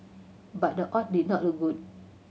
but the odd did not look good